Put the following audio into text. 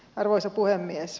arvoisa puhemies